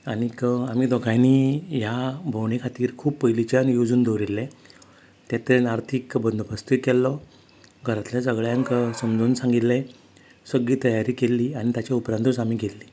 आनीक आमी दोगांयनी ह्या भोंवणे खातीर खूब पयलींच्यान येवजून दवरिल्लें ते ते आर्थीक बंदोबस्तूय थंय केल्लो घरांतल्या सगळ्यांक समजोन सांगिल्लें सगळी तयारी केल्ली आनी तेच्या उपरांतूच आमी गेल्लीं